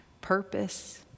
purpose